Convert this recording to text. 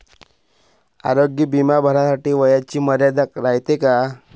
आरोग्य बिमा भरासाठी वयाची मर्यादा रायते काय?